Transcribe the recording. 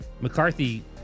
McCarthy